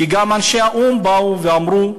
כי גם אנשי האו"ם באו ואמרו,